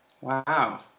Wow